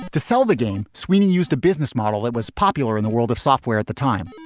to sell the game sweeney used a business model that was popular in the world of software at the time.